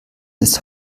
ist